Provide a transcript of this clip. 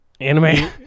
Anime